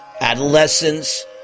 adolescence